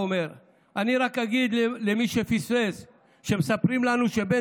אני רק אגיד למי שפספס שמספרים לנו שבין